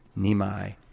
Nimai